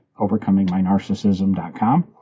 overcomingmynarcissism.com